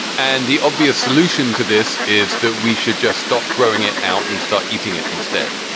and the obvious solution to this is that we should just stop throwing it out and start eating it instead.